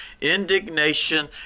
indignation